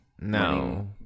No